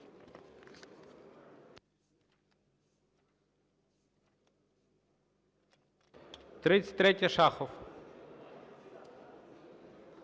33-я, Шахов.